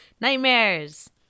nightmares